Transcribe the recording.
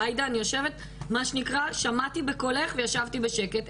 עאידה, אני שמעתי בקולך וישבתי בשקט.